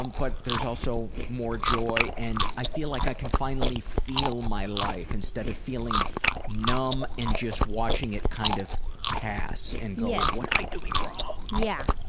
um but there's also more joy. and i feel like i can finally feel my life instead of feeling numb and just watching it kind of pass and go yeah what am i doing wrong? yeah.